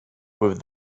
with